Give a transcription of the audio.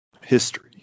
history